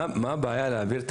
מה הבעיה להעביר את